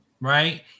right